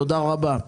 תודה רבה.